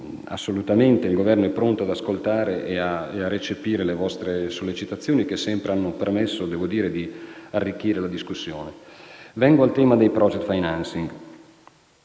assolutamente. Il Governo è pronto ad ascoltare e recepire le vostre sollecitazioni, che sempre hanno permesso di arricchire la discussione. Per quanto riguarda il tema dei *project financing*,